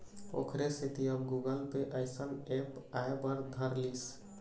ओखरे सेती अब गुगल पे अइसन ऐप आय बर धर लिस